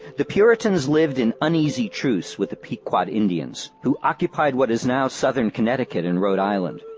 the puritans lived in uneasy truce with the pequot indians, who occupied what is now southern connecticut and rhode island.